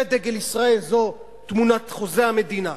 זה דגל ישראל, זו תמונת חוזה המדינה,